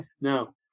now